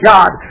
God